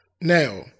Now